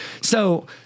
So-